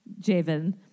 Javen